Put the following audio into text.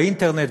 באינטרנט,